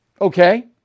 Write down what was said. Okay